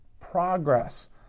progress